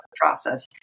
process